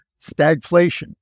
stagflation